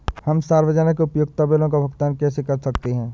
हम सार्वजनिक उपयोगिता बिलों का भुगतान कैसे कर सकते हैं?